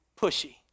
pushy